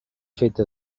feta